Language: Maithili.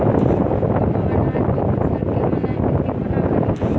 कोनों अनाज वा फसल केँ ऑनलाइन बिक्री कोना कड़ी?